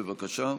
בבקשה.